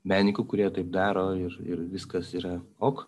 menininkų kurie taip daro ir ir viskas yra ok